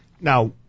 Now